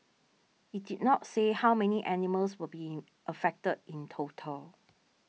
it did not say how many animals will be in affected in total